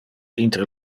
inter